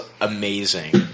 amazing